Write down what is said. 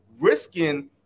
risking